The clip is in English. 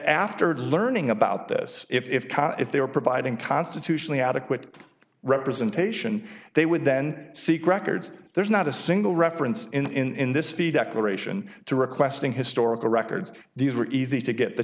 after learning about this if if they were providing constitutionally adequate representation they would then seek records there's not a single reference in this feedback aeration to requesting historical records these were easy to get the